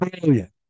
Brilliant